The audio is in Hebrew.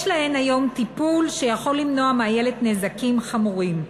להן היום טיפול שיכול למנוע מהילד נזקים חמורים.